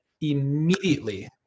immediately